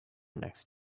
next